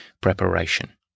preparation